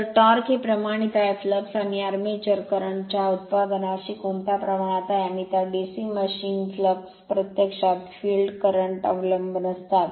तर टॉर्क हे प्रमाणित आहे फ्लक्स आणि आर्मेचर करंटच्या उत्पादनाशी कोणत्या प्रमाणात आहे आणि त्या डीसी मशीन फ्लक्स प्रत्यक्षात फील्ड करंटवर अवलंबून असतात